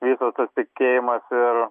visas tas tikėjimas ir